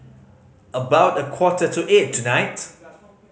about a quarter to eight tonight